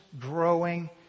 growing